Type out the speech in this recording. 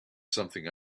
something